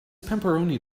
pepperoni